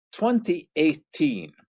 2018